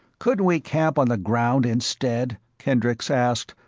couldn't we camp on the ground instead? kendricks asked,